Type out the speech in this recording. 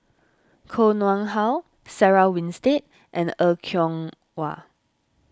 Koh Nguang How Sarah Winstedt and Er Kwong Wah